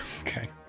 Okay